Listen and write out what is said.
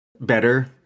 better